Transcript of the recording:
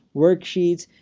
worksheets,